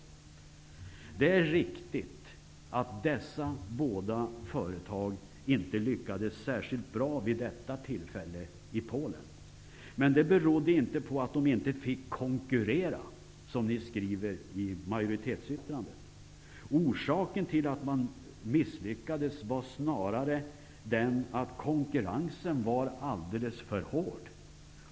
Det är riktigt att dessa båda företag inte lyckades särskilt bra vid detta tillfälle i Polen. Men det berodde inte på att de inte fick konkurrera, som ni skriver i majoritetsyttrandet. Orsaken till att man misslyckades var snarare den att konkurrensen var alldels för hård.